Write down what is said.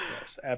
Yes